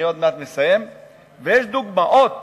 יש דוגמאות